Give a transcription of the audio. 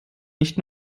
nicht